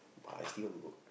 but I still want to go